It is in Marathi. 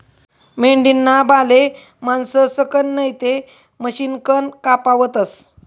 मेंढीना बाले माणसंसकन नैते मशिनकन कापावतस